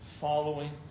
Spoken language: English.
following